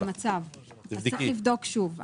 צריך לבדוק שוב.